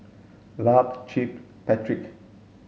Lark Chip Patrick